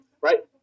right